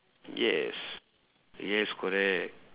yes yes correct